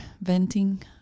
venting